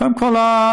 קודם כול,